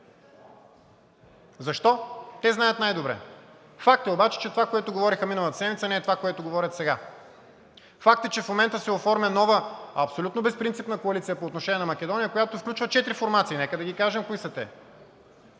Защо? Те знаят най-добре. Факт е обаче, че това, което говориха миналата седмица, не е това, което говорят сега. Факт е, че в момента се оформя нова абсолютно безпринципна коалиция по отношение на Македония, която включва четири формации. Нека да ги кажем кои са те